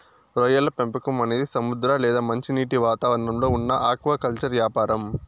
రొయ్యల పెంపకం అనేది సముద్ర లేదా మంచినీటి వాతావరణంలో ఉన్న ఆక్వాకల్చర్ యాపారం